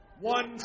one